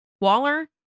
Waller